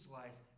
life